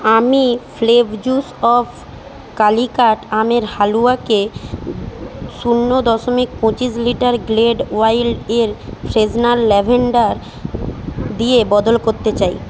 আমি ফ্লেভজুস অফ কালিকাট আমের হালুয়াকে শূন্য দশমিক পঁচিশ লিটার গ্লেড ওয়াইল্ডের ফ্রেশনার ল্যাভেণ্ডার দিয়ে বদল করতে চাই